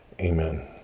Amen